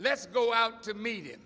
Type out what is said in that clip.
let's go out to me